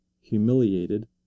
humiliated